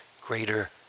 greater